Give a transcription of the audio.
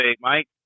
Mike